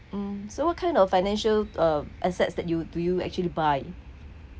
hmm so what kind of financial uh assets that you do you actually buy